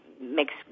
makes